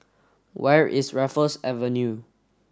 where is Raffles Avenue